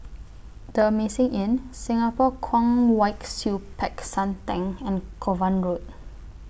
The Amazing Inn Singapore Kwong Wai Siew Peck San Theng and Kovan Road